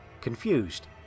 Confused